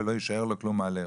ולא יישאר לו כלום מה לאכול.